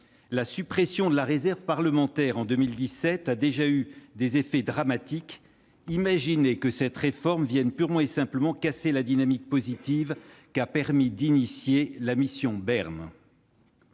La suppression de la réserve parlementaire en 2017 a déjà eu des effets dramatiques. Imaginez que cette réforme vienne purement et simplement casser la dynamique positive lancée par la mission Bern